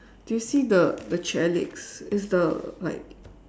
do you see the the chair legs is the like